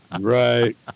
Right